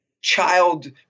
child